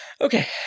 okay